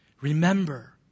Remember